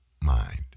mind